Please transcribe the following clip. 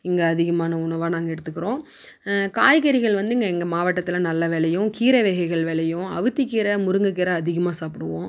இங்கே அதிகமான உணவாக நாங்கள் எடுத்துக்கிறோம் காய்கறிகள் வந்து இங்கே எங்கள் மாவட்டத்தில் நல்லா விளையும் கீரை வகைகள் விளையும் அவத்திக்கீர முருங்கக்கீரை அதிகமாக சாப்பிடுவோம்